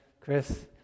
Chris